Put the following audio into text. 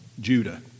Judah